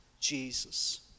Jesus